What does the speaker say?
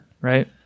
Right